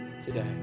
today